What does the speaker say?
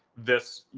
this